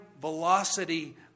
velocity